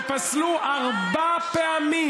פסלו ארבע פעמים,